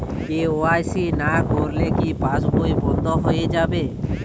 KYC না করলে কি পাশবই বন্ধ হয়ে যাবে?